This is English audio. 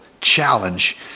challenge